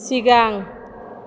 सिगां